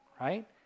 right